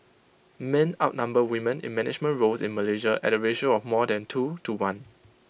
men outnumber women in management roles in Malaysia at A ratio of more than two to one